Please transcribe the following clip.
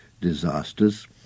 disasters